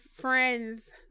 friends